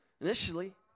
initially